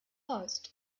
horst